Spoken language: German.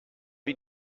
wie